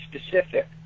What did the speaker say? specific